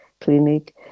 Clinic